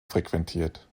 frequentiert